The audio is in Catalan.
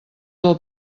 del